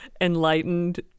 enlightened